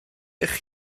eich